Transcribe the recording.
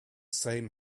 same